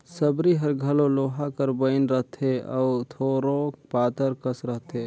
सबरी हर घलो लोहा कर बइन रहथे अउ थोरोक पातर कस रहथे